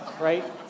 Right